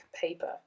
paper